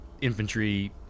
infantry